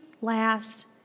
last